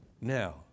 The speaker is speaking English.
Now